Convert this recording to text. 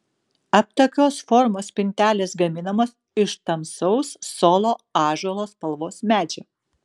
aptakios formos spintelės gaminamos iš tamsaus solo ąžuolo spalvos medžio